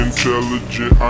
Intelligent